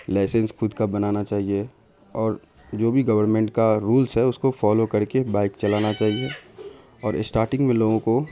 licence خود کا بنانا چاہیے اور جو بھی گورنمنٹ کا رولس ہے اس کو فالو کر کے بائک چلانا چاہیے اور اسٹارٹنگ میں لوگوں کو